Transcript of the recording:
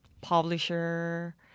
publisher